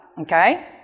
Okay